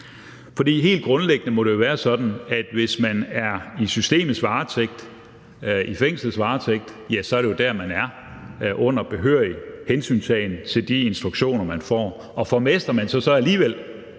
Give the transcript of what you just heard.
Helt grundlæggende må det være sådan, at hvis man er i systemets varetægt, i fængslets varetægt, så er det jo dér, man er, under behørig hensyntagen til de instruktioner, man får. Og formaster man sig så alligevel